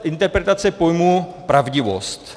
Interpretace pojmu pravdivost.